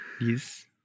Yes